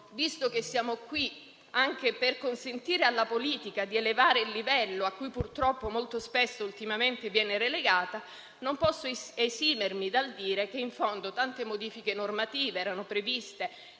visto che siamo qui anche per consentire alla politica di elevare il livello a cui purtroppo molto spesso ultimamente viene relegata, non posso esimermi dal dire che in fondo tante modifiche normative erano previste